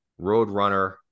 roadrunner